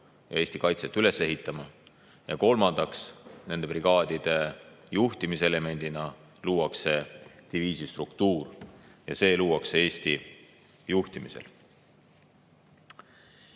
ja Eesti kaitset üles ehitama. Kolmandaks, nende brigaadide juhtimiselemendina luuakse diviisistruktuur ja see luuakse Eesti juhtimisel.